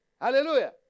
Hallelujah